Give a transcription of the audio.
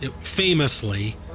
famously